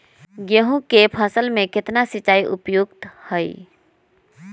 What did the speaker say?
गेंहू के फसल में केतना सिंचाई उपयुक्त हाइ?